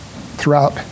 throughout